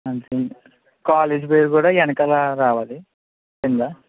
అంతే కాలేజ్ పేరు కూడా వెనకాల రావాలి కిందా